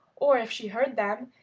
or, if she heard them,